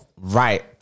right